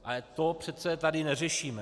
Ale to přece tady neřešíme.